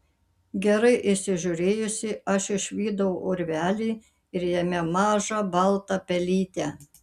gerai įsižiūrėjusi aš išvydau urvelį ir jame mažą baltą pelytę